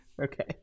Okay